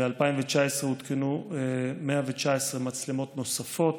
ב-2019 הותקנו 119 מצלמות נוספות,